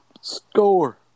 Score